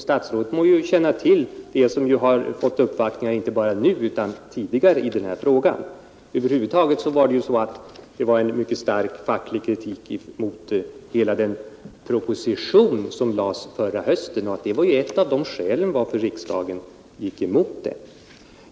Statsrådet, som har fått uppvaktningar inte bara nu utan också tidigare i denna fråga, borde ju känna till det. Över huvud taget var det en mycket stark facklig kritik mot hela den proposition som lades fram förra hösten, och det var ett av skälen till att riksdagen gick emot den.